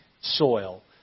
Soil